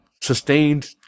sustained